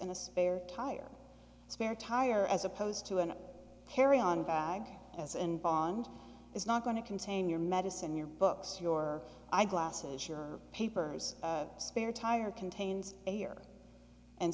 in a spare tire spare tire as opposed to an carry on bag as an bond is not going to contain your medicine your books your eyeglasses your papers spare tire contains a year and